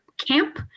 camp